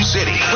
City